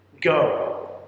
go